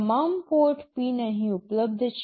તમામ port pin અહીં ઉપલબ્ધ છે